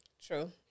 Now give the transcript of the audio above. True